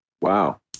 Wow